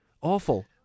Awful